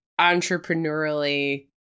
entrepreneurially